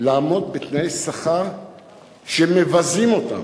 לעמוד בתנאי שכר שמבזים אותם.